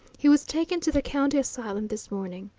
he was taken to the county asylum this morning.